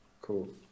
Cool